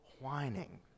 whining